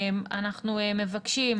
אנחנו מבקשים,